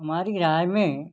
हमारी राय में